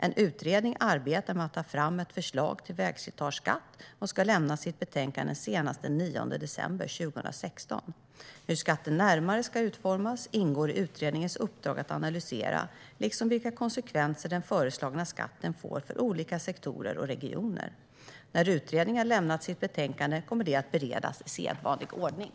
En utredning arbetar med att ta fram ett förslag till vägslitageskatt och ska lämna sitt betänkande senast den 9 december 2016. Hur skatten närmare ska utformas ingår i utredningens uppdrag att analysera, liksom vilka konsekvenser den föreslagna skatten får för olika sektorer och regioner. När utredningen har lämnat sitt betänkande kommer det att beredas i sedvanlig ordning.